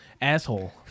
asshole